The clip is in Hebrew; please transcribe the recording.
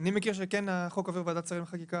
אני מכיר שהחוק כן עובר ועדת שרים לחקיקה.